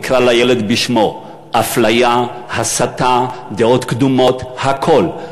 נקרא לילד בשמו: אפליה, הסתה, דעות קדומות, הכול.